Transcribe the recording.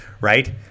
Right